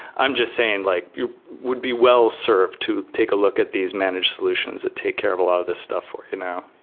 i'm just saying like you would be well-served to take a look at these managed solutions that take care of a lot of this stuff for you now